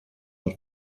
lord